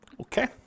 Okay